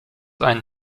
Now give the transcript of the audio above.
einen